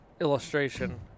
illustration